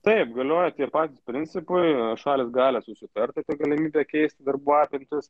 taip galioja tie patys principai šalys gali susitart apie galimybę keisti darbų apimtis